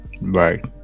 right